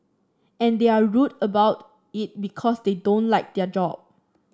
and they're rude about it because they don't like their job